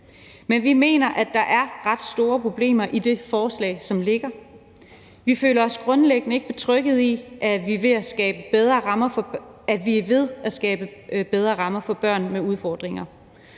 Men vi mener, at der er ret store problemer i det forslag, som ligger. Vi føler os grundlæggende ikke betryggede i, at vi er ved at skabe bedre rammer for børn med udfordringer,